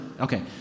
Okay